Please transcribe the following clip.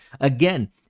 again